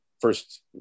first –